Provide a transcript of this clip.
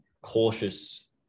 cautious